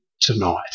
tonight